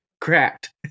Cracked